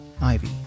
Ivy